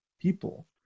people